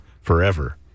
forever